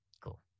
Cool